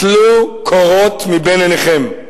טלו קורות מבין עיניכם.